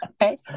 Okay